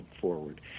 forward